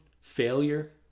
failure